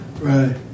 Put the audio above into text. Right